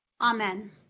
Amen